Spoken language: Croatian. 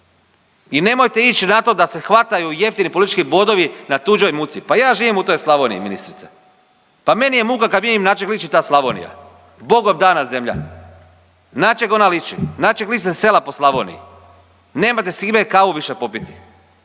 i nemojte ići na to da se hvataju jeftini politički bodovi na tuđoj muci, pa ja živim u toj Slavoniji, ministrice. Pa meni je muka kad vidim na čeg liči ta Slavonija, Bogom dana zemlja. Na čeg ona liči? Na čeg liče sela po Slavoniji? Nema s kime kavu više popit,